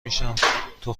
میشم، تو